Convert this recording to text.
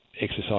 exercise